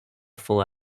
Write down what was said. full